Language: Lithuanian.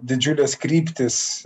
didžiulės kryptys